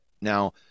Now